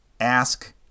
ask